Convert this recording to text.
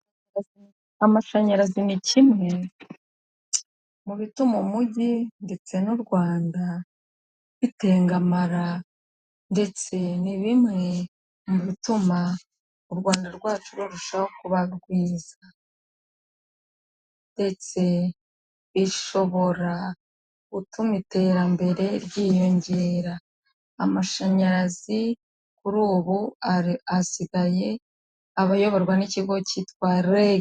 Amashanyarazi ni kimwe mu bituma umujyi ndetse n'u Rwanda bitengamara ndetse ni bimwe mu bituma u Rwanda rwacu rurushaho kuba rwiza ndetse ishobora gutuma iterambere ryiyongera, amashanyarazi kuri ubu asigaye abayoborwa n'ikigo cyitwa rege.